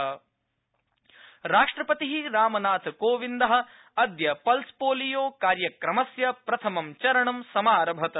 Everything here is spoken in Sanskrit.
राष्ट्रपति राष्ट्रपति रामनाथकोविन्दो अद्य पल्सपोलियोकार्यक्रमस्य प्रथमं चरणं समारभत